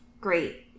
Great